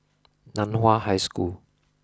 Nan Hua High School